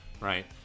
Right